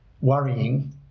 worrying